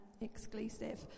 exclusive